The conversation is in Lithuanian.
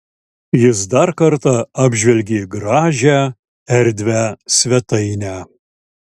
jis dar kartą apžvelgė gražią erdvią svetainę